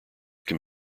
can